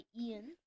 Ian